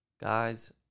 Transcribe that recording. Guys